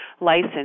license